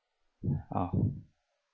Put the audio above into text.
ah